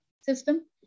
system